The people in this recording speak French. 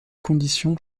conditions